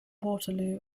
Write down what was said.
waterloo